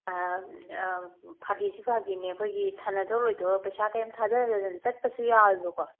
ꯐꯥꯒꯤꯁꯨ ꯐꯥꯒꯤꯅꯤ ꯑꯩꯈꯣꯏꯒꯤ ꯁꯥꯟꯅꯊꯣꯛꯄ ꯂꯣꯏꯊꯣꯛꯑꯒ ꯄꯩꯁꯥ ꯀꯔꯤꯝꯇ ꯊꯥꯗꯗꯅ ꯆꯠꯄꯁꯨ ꯌꯥꯎꯋꯦꯕꯀꯣ